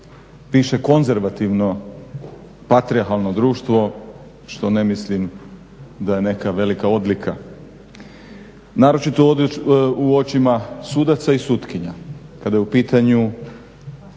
više konzervativno, patrijarhalno društvo što ne mislim da je neka velika odlika naročito u očima sudaca i sutkinja. Kada su u pitanju